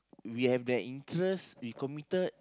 we have that interest we committed